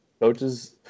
coaches